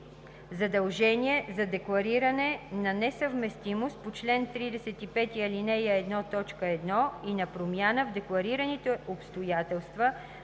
Задължение за деклариране на несъвместимост по чл. 35, ал. 1, т. 1 и на промяна в декларираните обстоятелства